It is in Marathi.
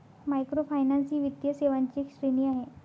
मायक्रोफायनान्स ही वित्तीय सेवांची एक श्रेणी आहे